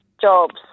jobs